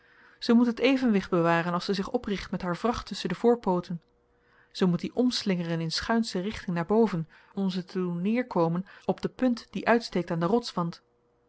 ze moet het evenwicht bewaren als ze zich opricht met haar vracht tusschen de voorpooten ze moet die omslingeren in schuinsche richting naar boven om ze te doen neerkomen op de punt die uitsteekt aan den rotswand